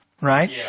right